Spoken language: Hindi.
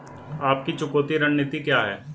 आपकी चुकौती रणनीति क्या है?